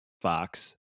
Fox